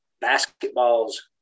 basketball's